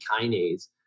kinase